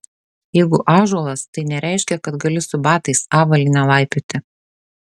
jeigu ąžuolas tai nereiškia kad gali su batais avalyne laipioti